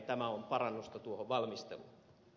tämä on parannusta tuohon valmisteluun